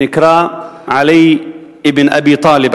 שנקרא עלי אבן אבי טאלב,